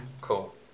Cool